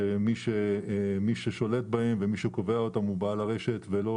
שמי ששולט בהם ומי שקובע אותם הוא בעל הרשת ולא